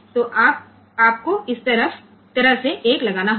तो आपको इस तरह से 1 लगाना होगा